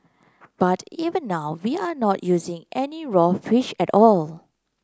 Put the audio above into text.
but even now we are not using any raw fish at all